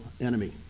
enemy